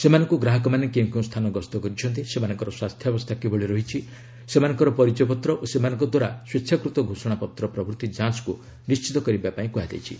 ସେମାନଙ୍କୁ ଗ୍ରାହକମାନେ କେଉଁ କେଉଁ ସ୍ଥାନ ଗସ୍ତ କରିଛନ୍ତି ସେମାନଙ୍କର ସ୍ୱାସ୍ଥ୍ୟାବସ୍ଥା କିଭଳି ରହିଛି ସେମାନଙ୍କର ପରିଚୟପତ୍ର ଓ ସେମାନଙ୍କ ଦ୍ୱାରା ସ୍ୱେଚ୍ଛାକୃତ ଘୋଷଣାପତ୍ର ପ୍ରଭୃତି ଯାଞ୍ଚକୁ ନିଶ୍ଚିତ କରିବାକୁ କୁହାଯାଇଛି